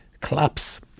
collapse